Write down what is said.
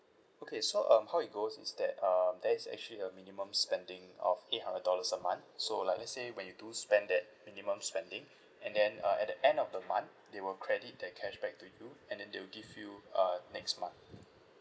okay so um how it goes is that um there is actually a minimum spending of eight hundred dollars a month so like let's say when you do spend that minimum spending and then uh at the end of the month they will credit that cashback to you and then they will give you uh next month